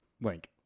link